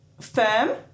Firm